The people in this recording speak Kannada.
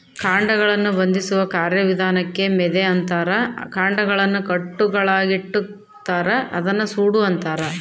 ಕಾಂಡಗಳನ್ನು ಬಂಧಿಸುವ ಕಾರ್ಯವಿಧಾನಕ್ಕೆ ಮೆದೆ ಅಂತಾರ ಕಾಂಡಗಳನ್ನು ಕಟ್ಟುಗಳಾಗಿಕಟ್ಟುತಾರ ಅದನ್ನ ಸೂಡು ಅಂತಾರ